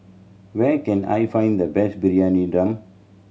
where can I find the best Briyani Dum